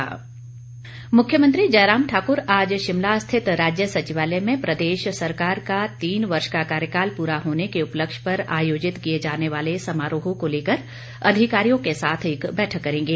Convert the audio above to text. मुख्यमंत्री मुख्यमंत्री जयराम ठाकुर आज शिमला स्थित राज्य सचिवालय में प्रदेश सरकार का तीन वर्ष का कार्यकाल पूरा होने के उपलक्ष्य पर आयोजित किए जाने वाले समारोह को लेकर अधिकारियों के साथ एक बैठक करेंगे